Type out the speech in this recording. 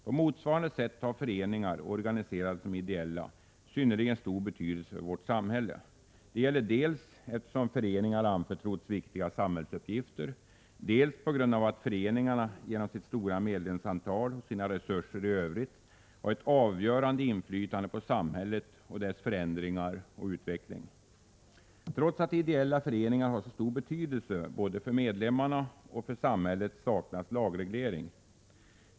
På motsvarande sätt har föreningar organiserade som ideella synnerligen stor betydelse för vårt samhälle. Det gäller dels därför att föreningar anförtrotts viktiga samhällsuppgifter, dels på grund av att föreningarna genom sitt stora medlemsantal och sina resurser i övrigt har ett avgörande inflytande på samhället, dess förändringar och utveckling. Trots att ideella föreningar har så stor betydelse både för medlemmarna och för samhället saknas lagreglering på området.